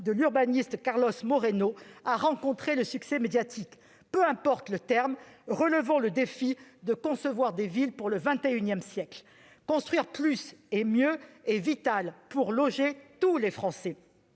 de l'urbaniste Carlos Moreno a rencontré le succès médiatique. Peu importe le terme, relevons le défi de concevoir des villes pour le XXI siècle ! Construire plus et mieux est vital pour loger tous les Français.